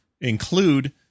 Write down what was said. include